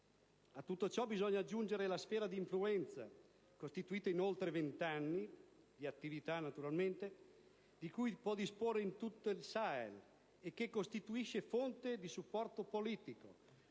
A tutto ciò bisogna aggiungere la sfera di influenza, costituita in oltre venti anni di attività, di cui può disporre in tutto il Sahel, e che costituisce fonte di supporto politico,